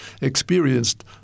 experienced